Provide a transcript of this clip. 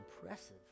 impressive